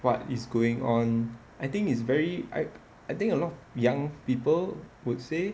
what is going on I think is very I I think a lot of young people would say